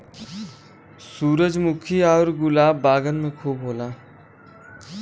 सूरजमुखी आउर गुलाब बगान में खूब होला